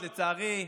לצערי,